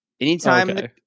anytime –